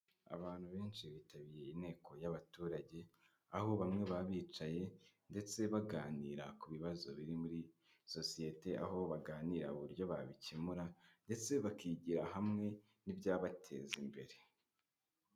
Abantu benshi bitabiriye inteko y'abaturage, aho bamwe baba bicaye ndetse baganira ku bibazo biri muri sosiyete, aho baganira uburyo babikemura ndetse bakigira hamwe n'ibyabateza imbere.